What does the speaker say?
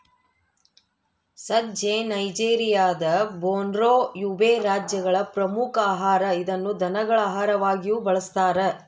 ಸಜ್ಜೆ ನೈಜೆರಿಯಾದ Borno, Yobe ರಾಜ್ಯಗಳ ಪ್ರಮುಖ ಆಹಾರ ಇದನ್ನು ದನಗಳ ಆಹಾರವಾಗಿಯೂ ಬಳಸ್ತಾರ